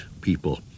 People